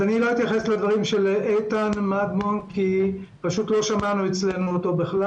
אני לא אתייחס לדברים של איתן מדמון כי פשוט לא שמענו אותו בכלל,